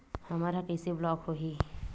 हमर ह कइसे ब्लॉक होही?